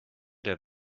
der